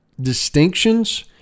distinctions